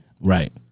right